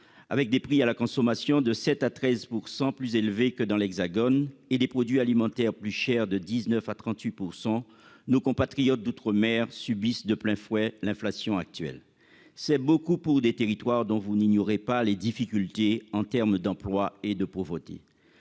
Avec des prix à la consommation de 7 % à 13 % plus élevés que dans l'Hexagone, et des produits alimentaires plus chers de 19 % à 38 %, nos compatriotes d'outre-mer subissent de plein fouet l'inflation actuelle. C'est beaucoup pour des territoires dont vous n'ignorez pas les difficultés du point de vue de l'emploi et de la pauvreté.